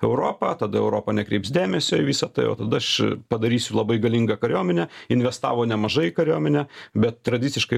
europą tada europa nekreips dėmesio į visa tai o tada aš padarysiu labai galingą kariuomenę investavo nemažai į kariuomenę bet tradiciškai